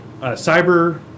cyber